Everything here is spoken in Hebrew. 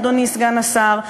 אדוני סגן השר,